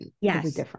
Yes